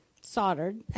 soldered